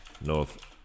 ...North